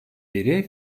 beri